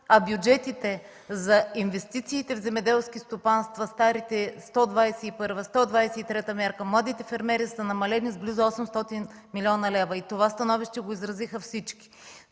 а бюджетите за инвестициите в земеделски стопанства, старите 121, 123 мерки, младите фермери са намалени с близо 800 млн. лв.? И това становище го изразиха всички.